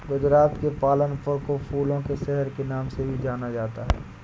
गुजरात के पालनपुर को फूलों के शहर के नाम से भी जाना जाता है